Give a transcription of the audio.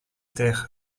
ter